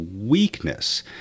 weakness